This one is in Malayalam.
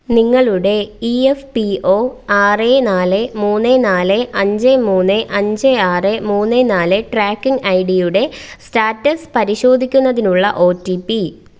നിങ്ങളുടെ ഇ എഫ് പി ഒ ആറ് നാല് മൂന്ന് നാല് അഞ്ച് മൂന്ന് അഞ്ച് ആറ് മൂന്ന് നാല് ട്രാക്കിംഗ് ഐ ഡിയുടെ സ്റ്റാറ്റസ് പരിശോധിക്കുന്നതിനുള്ള ഒ ടി പി